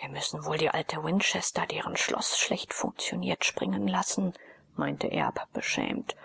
wir müssen wohl die alte winchester deren schloß schlecht funktioniert springen lassen meinte erb beschämt